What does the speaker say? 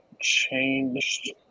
changed